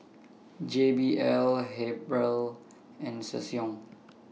J B L Habhal and Ssangyong